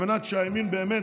על מנת שהימין באמת,